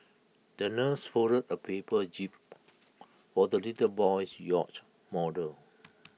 the nurse folded A paper jib for the little boy's yacht model